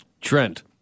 Trent